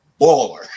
baller